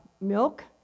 milk